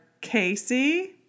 Casey